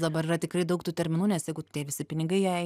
dabar yra tikrai daug tų terminų nes jeigu tie visi pinigai jai